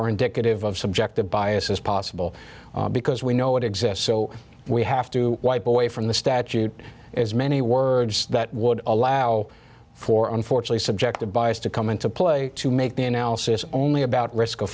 are indicative of subjective biases possible because we know it exists so we have to wipe away from the statute as many words that would allow for unfortunately subjective bias to come into play to make the analysis only about risk